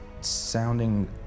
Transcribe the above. sounding